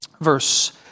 verse